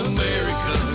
America